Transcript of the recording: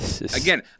again